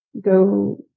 Go